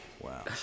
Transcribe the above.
Wow